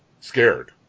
scared